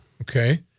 Okay